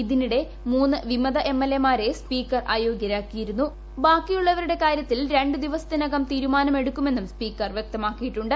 ഇതിനിട്ട് ക്യൂന്ന് വിമത എംഎൽഎമാരെ സ്പീക്കർ അയോഗ്യരാക്കിയിരുന്നുക്കുംബാക്കിയുള്ളവരുടെ കാര്യത്തിൽ രണ്ട് ദിവസത്തിനകം തീരുമാനമെട്ടുക്കുമെന്നും സ്പീക്കർ വൃക്തമാക്കിയിട്ടുണ്ട്